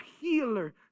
healer